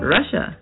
Russia